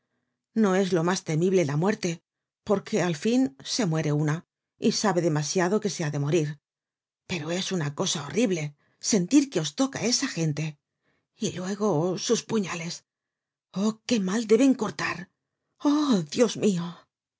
no es lo mas temible la muerte porque al fin se muere una y sabe demasiado que se ha de morir pero es una cosa horrible sentir que os toca esagente y luego sus puñales oh qué mal deben cortar ah dios mio